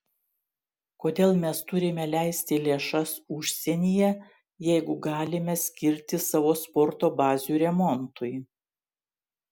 kodėl mes turime leisti lėšas užsienyje jeigu galime skirti savo sporto bazių remontui